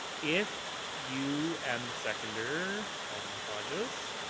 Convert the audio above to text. if you and the seconder, alderman hodges,